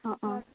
অঁ অঁ